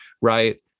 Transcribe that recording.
right